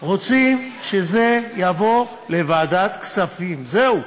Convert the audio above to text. רוצים שזה יבוא לוועדת כספים, זהו.